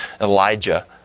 Elijah